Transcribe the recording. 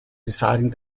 deciding